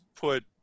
put